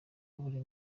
buri